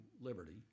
liberty